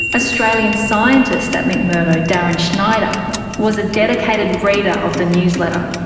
australian scientist at mcmurdo darryn schneider was a dedicated reader of the newsletter.